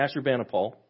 Ashurbanipal